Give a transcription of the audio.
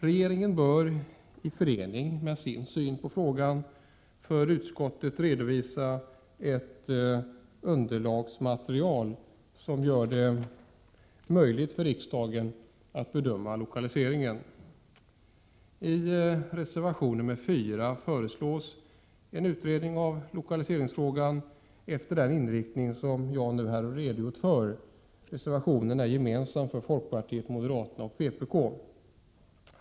Regeringen bör utöver sin syn på frågan för utskottet redovisa ett underlagsmaterial, som gör det möjligt för riksdagen att bedöma lokaliseringen. I reservation 4 föreslås en utredning av lokaliseringsfrågan efter den inriktning som jag här har redogjort för. Reservationen är gemensam för folkpartiet, moderaterna och vpk.